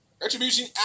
Retribution